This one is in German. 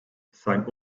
sein